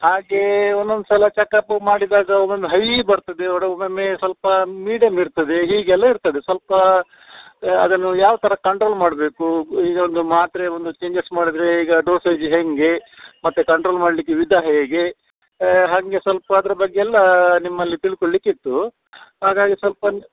ಹಾಗೇ ಒಂದೊಂದು ಸಲ ಚಕಪ್ಪು ಮಾಡಿದಾಗ ಒಮ್ಮೊಮ್ಮೆ ಹೈ ಬರ್ತದೆ ಒಮ್ಮೊಮ್ಮೆ ಸ್ವಲ್ಪ ಮೀಡಿಯಮ್ ಇರ್ತದೆ ಹೀಗೆಲ್ಲ ಇರ್ತದೆ ಸ್ವಲ್ಪ ಅದನ್ನು ಯಾವ ಥರ ಕಂಟ್ರೋಲ್ ಮಾಡಬೇಕು ಈಗೊಂದು ಮಾತ್ರೆ ಒಂದು ಚೇಂಜಸ್ ಮಾಡಿದ್ರೆ ಈಗ ಡೋಸೇಜ್ ಹೇಗೆ ಮತ್ತು ಕಂಟ್ರೋಲ್ ಮಾಡಲಿಕ್ಕೆ ವಿಧ ಹೇಗೆ ಹಾಗೆ ಸ್ವಲ್ಪ ಅದರ ಬಗ್ಗೆ ಎಲ್ಲ ನಿಮ್ಮಲ್ಲಿ ತಿಳ್ಕೊಳ್ಳಿಕ್ಕಿತ್ತು ಹಾಗಾಗಿ ಸ್ವಲ್ಪ